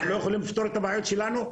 אנחנו לא יכולים לפתור את הבעיות שלנו?